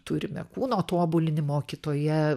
turime kūno tobulinimo kitoje